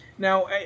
Now